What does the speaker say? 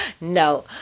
No